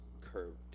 curved